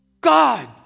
God